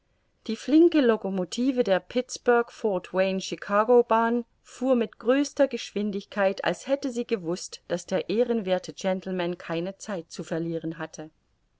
die flinke locomotive der pittsburg fort wayne chicago bahn fuhr mit größter geschwindigkeit als hätte sie gewußt daß der ehrenwerthe gentleman keine zeit zu verlieren hatte